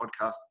podcast